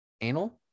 anal